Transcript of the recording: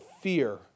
fear